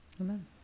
Amen